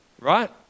right